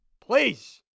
Please